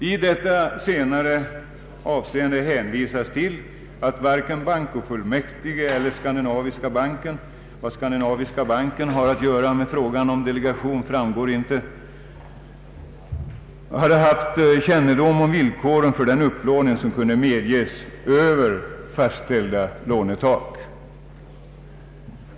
I detta senare avseende hänvisas till att varken bankofullmäktige eller Skandinaviska banken — vad Skandinaviska banken har att göra med frågan om delegation framgår inte — hade kännedom om villkoren för den upplåning som kunde medges utöver fastställda lånetak.